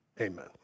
Amen